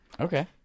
Okay